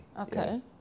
Okay